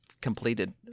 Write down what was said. completed